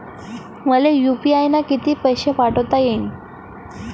मले यू.पी.आय न किती पैसा पाठवता येईन?